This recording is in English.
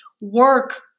work